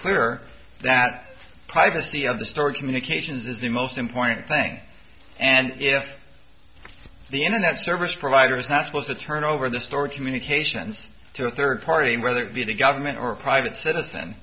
clear that privacy of the story communications is the most important thing and if the internet service provider is not supposed to turn over the stored communications to a third party whether it be the government or a private citizen